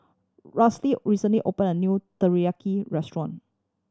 recently opened a new Teriyaki Restaurant